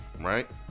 right